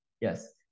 Yes